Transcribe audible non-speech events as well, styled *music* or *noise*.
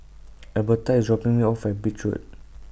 *noise* Alberta IS dropping Me off At Beach Road